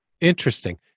Interesting